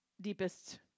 deepest